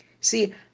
see